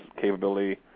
capability